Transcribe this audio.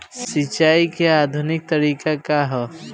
सिंचाई क आधुनिक तरीका का ह?